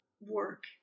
work